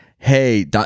Hey